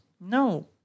No